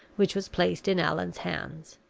which was placed in allan's hands.